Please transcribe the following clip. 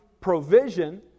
provision